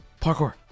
Parkour